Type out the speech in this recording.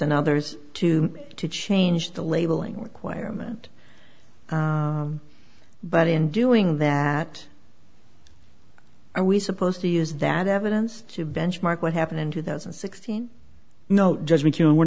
and others to to change the labeling requirement but in doing that are we supposed to be is that evidence to benchmark what happened in two thousand and sixteen no judgment here and we're